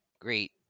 great